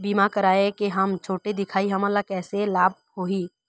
बीमा कराए के हम छोटे दिखाही हमन ला कैसे लाभ होही?